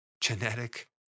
genetic